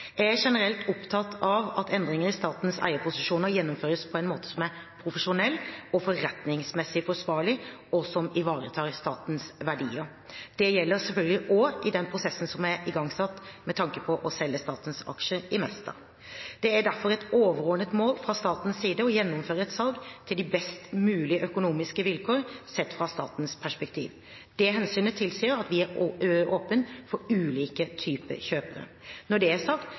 Jeg er generelt opptatt av at endringer i statens eierskapsposisjoner gjennomføres på en måte som er profesjonell og forretningsmessig forsvarlig, og som ivaretar statens verdier. Det gjelder selvfølgelig også i den prosessen som er igangsatt med tanke på å selge statens aksjer i Mesta. Det er derfor et overordnet mål fra statens side å gjennomføre et salg til de best mulige økonomiske vilkår sett fra statens perspektiv. Det hensynet tilsier at vi er åpne for ulike typer kjøpere. Når det er sagt,